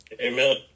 Amen